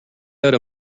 out